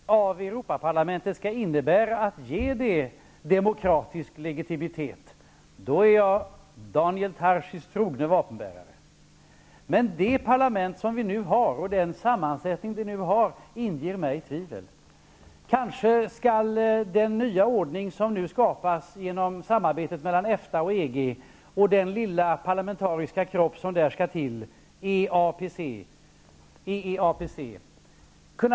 Herr talman! Om stärkandet av Europaparlamentet skall innebära att man ger det demokratisk legitimitet är jag Daniel Tarschys trogne vapenbärare. Men det parlament som vi nu har och den sammansättning som detta har får mig att tvivla. Kanske kan den nya ordning som nu skapas genom samarbetet mellan EFTA, EG och den lilla parlamentariska kropp som där skall till, EEAPC, visa vägen.